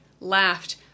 laughed